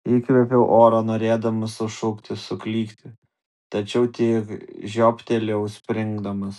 įkvėpiau oro norėdamas sušukti suklykti tačiau tik žioptelėjau springdamas